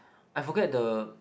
I forget the